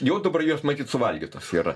jau dabar jos matyt suvalgytos yra